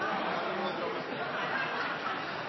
skal stå